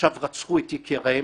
שעכשיו רצחו את יקיריהן